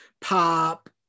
pop